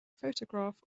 photograph